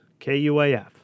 KUAF